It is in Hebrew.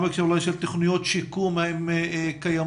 אולי גם בהקשר של תוכניות שיקום והאם הן קיימות,